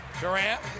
Durant